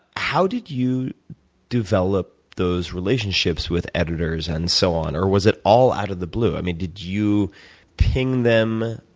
how did you develop those relationships with editors and so on or was it all out of the blue? i mean, did you ping them